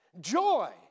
Joy